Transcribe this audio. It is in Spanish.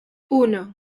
uno